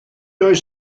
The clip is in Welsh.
oes